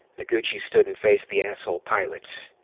noguchi stood and faced the asshole pilot.